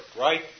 right